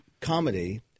comedy